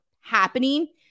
happening